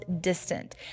distant